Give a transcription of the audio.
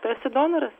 tu esi donoras